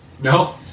No